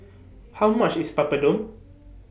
How much IS Papadum